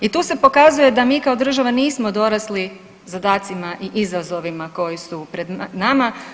I tu se pokazuje da mi kao država nismo dorasli zadacima i izazovima koji su pred nama.